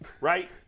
Right